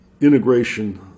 integration